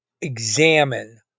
examine